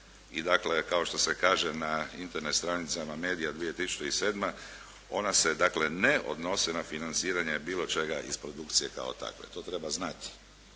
I dakle, kao što se kaže na Internet stranicama "MEDIA 2007" ona se dakle ne odnose na financiranje bilo čega iz produkcije kao takve, to treba znati.